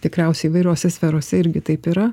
tikriausiai įvairiose sferose irgi taip yra